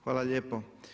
Hvala lijepa.